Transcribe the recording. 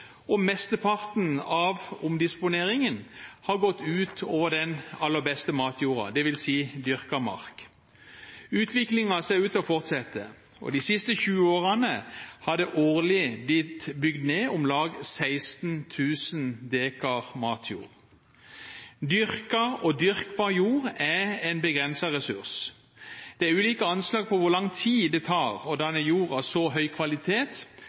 og mesteparten av omdisponeringen har gått ut over den aller beste matjorda, dvs. dyrket mark. Utviklingen ser ut til å fortsette. De siste 20 årene har det årlig blitt bygd ned om lag 16 000 dekar matjord. Dyrket og dyrkbar jord er en begrenset ressurs. Det er ulike anslag på hvor lang tid det tar å danne jord av så høy kvalitet